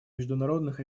международных